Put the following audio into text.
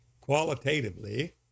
qualitatively